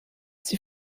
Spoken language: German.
sie